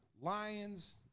Lions